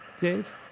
Dave